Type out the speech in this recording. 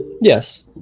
Yes